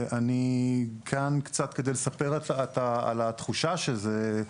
אני כאן קצת כדי לספר על התחושה של זה,